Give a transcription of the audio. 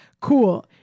Cool